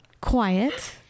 quiet